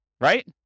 Right